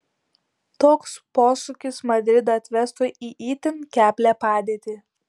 toks posūkis madridą atvestų į itin keblią padėtį